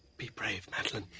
be brave, madeleine.